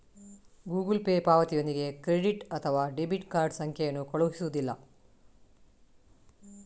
Google Pay ಪಾವತಿಯೊಂದಿಗೆ credit ಅಥವಾ debit card ಸಂಖ್ಯೆಯನ್ನು ಕಳುಹಿಸುವುದಿಲ್ಲ